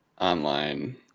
online